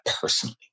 personally